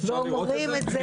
אפשר לראות את זה?